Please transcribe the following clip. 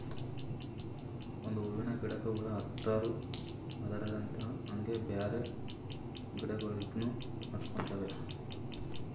ಒಂದ್ ಹೂವಿನ ಗಿಡಕ್ ಹುಳ ಹತ್ತರ್ ಅದರಲ್ಲಿಂತ್ ಹಂಗೆ ಬ್ಯಾರೆ ಗಿಡಗೋಳಿಗ್ನು ಹತ್ಕೊತಾವ್